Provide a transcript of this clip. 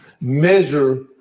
measure